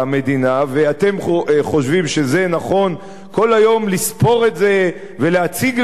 ואתם חושבים שזה נכון כל היום לספור את זה ולהציג לראווה את זה.